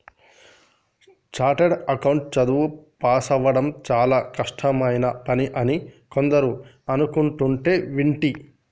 chartered account చదువు పాసవ్వడం చానా కష్టమైన పని అని కొందరు అనుకుంటంటే వింటి